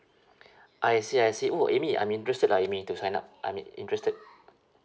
I see I see oh amy I'm interested lah amy to sign up I'm interested